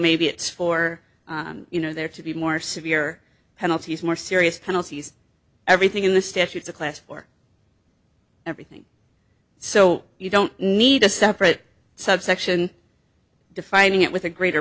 maybe it's for you know there to be more severe penalties more serious penalties everything in the statutes a class for everything so you don't need a separate subsection defining it with a greater